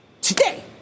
today